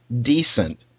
decent